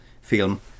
film